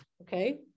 okay